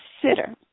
Consider